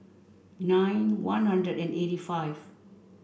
nine one hundred and eighty five